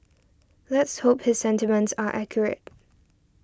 let's hope his sentiments are accurate